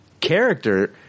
character